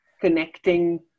connecting